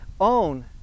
Own